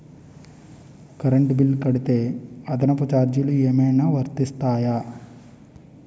Current bill కడితే అదనపు ఛార్జీలు ఏమైనా వర్తిస్తాయా?